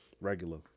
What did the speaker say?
regular